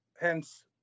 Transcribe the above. hence